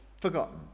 forgotten